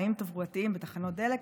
תנאים תברואתיים בתחנות דלק),